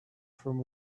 from